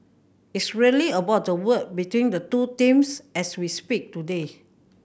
it's really about the work between the two teams as we speak today